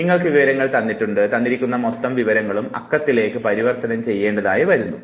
നിങ്ങൾക്ക് വിവരങ്ങൾ തന്നിട്ടുണ്ട് ആ തന്നിരിക്കുന്ന മൊത്തം വിവരങ്ങളും അക്കങ്ങളിലേക്ക് പരിവർത്തനം ചെയ്യേണ്ടതായി വരുന്നു